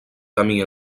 camí